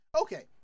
Okay